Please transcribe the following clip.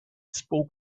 spoke